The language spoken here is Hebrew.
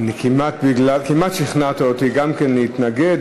כמעט שכנעת אותי גם כן להתנגד,